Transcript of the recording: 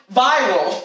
viral